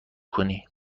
کنی